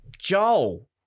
Joel